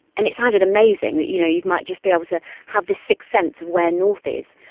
and it sounded amazing, that you know you might just be able to have this sixth sense of where north is.